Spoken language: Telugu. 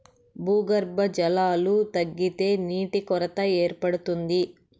భూగర్భ జలాలు తగ్గితే నీటి కొరత ఏర్పడుతుంది